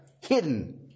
Hidden